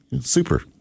Super